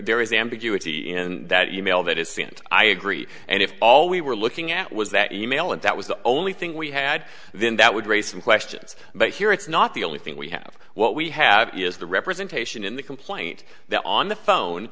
there is ambiguity in that email that is sent i agree and if all we were looking at was that e mail and that was the only thing we had then that would raise some questions but here it's not the only thing we have what we have is the representation in the complaint that on the phone